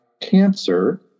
cancer